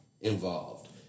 involved